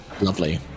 Lovely